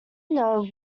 know